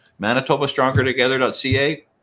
manitobastrongertogether.ca